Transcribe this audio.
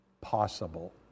possible